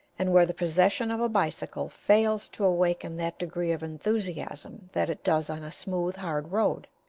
and where the possession of a bicycle fails to awaken that degree of enthusiasm that it does on a smooth, hard road.